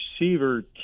receiver